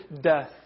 death